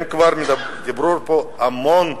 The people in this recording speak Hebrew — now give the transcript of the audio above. דיברו פה המון,